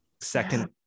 Second